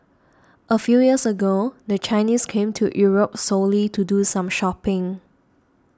a few years ago the Chinese came to Europe solely to do some shopping